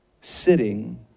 sitting